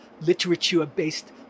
literature-based